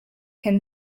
can